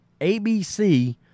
ABC